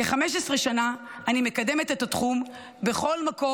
כ-15 שנה אני מקדמת את התחום בכל מקום